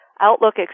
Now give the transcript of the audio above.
Outlook